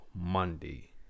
Monday